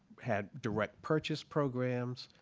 had direct purchase programs.